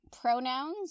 pronouns